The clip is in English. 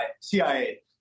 CIA